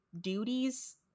duties